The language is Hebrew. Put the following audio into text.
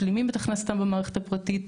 הם משלימים את הכנסתם במערכת הפרטית,